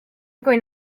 going